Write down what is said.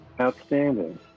outstanding